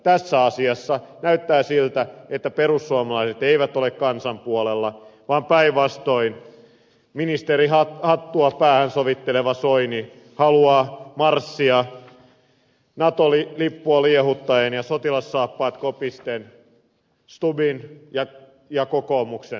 tässä asiassa näyttää siltä että perussuomalaiset eivät ole kansan puolella vaan päinvastoin ministerin hattua päähän sovitteleva soini haluaa marssia nato lippua liehuttaen ja sotilassaappaat kopisten stubbin ja kokoomuksen kainaloon